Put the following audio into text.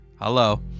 Hello